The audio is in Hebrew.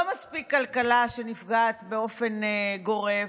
לא מספיק שהכלכלה נפגעת באופן גורף,